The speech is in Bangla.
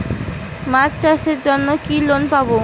মাছ চাষের জন্য কি লোন পাব?